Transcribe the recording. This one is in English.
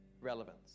relevance